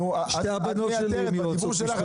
אתה מייתר את בית המשפט,